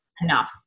enough